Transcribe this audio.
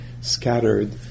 scattered